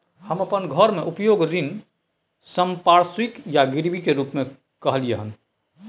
हम अपन घर के उपयोग ऋण संपार्श्विक या गिरवी के रूप में कलियै हन